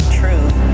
truth